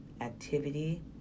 activity